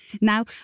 Now